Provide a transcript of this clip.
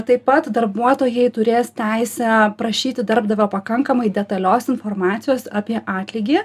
taip pat darbuotojai turės teisę prašyti darbdavio pakankamai detalios informacijos apie atlygį